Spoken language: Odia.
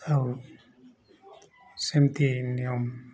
ଆଉ ସେମିତି ନିୟମ